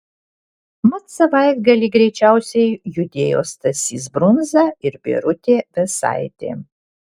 mat savaitgalį greičiausiai judėjo stasys brunza ir birutė vėsaitė